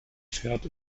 fährt